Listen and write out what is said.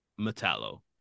Metallo